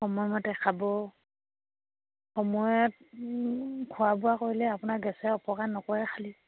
সময়মতে খাব সময়ত খোৱা বোৱা কৰিলে আপোনাৰ গেছে অপকাৰ নকৰে খালী